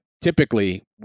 typically